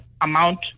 amount